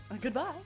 Goodbye